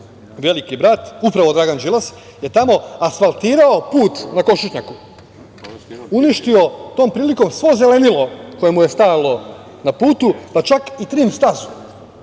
„Veliki brat“, upravo Dragan Đilas, je tamo asfaltirao put na Košutnjaku, uništio tom prilikom svo zelenilo koje mu je stajalo na putu, pa čak i trim stazu.